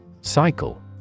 Cycle